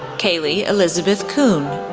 kaleigh elisabeth coon,